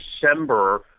December